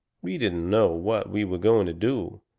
we didn't know what we were going to do,